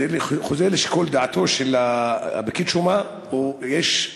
זה חוזר לשיקול דעתו של פקיד השומה, או שיש,